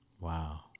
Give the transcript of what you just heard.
Wow